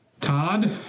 Todd